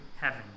heaven